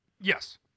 Yes